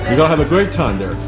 and have a great time there!